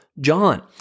John